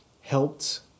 helped